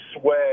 sway